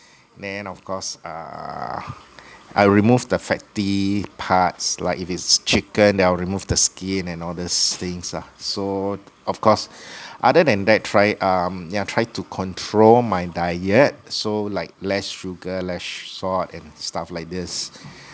then of course uh I will remove the fatty parts like if it's chicken then I'll remove the skin and all these things lah so of course other than that try um yeah try to control my diet so like less sugar less salt and stuff like this